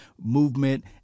movement